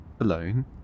alone